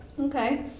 okay